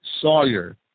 sawyer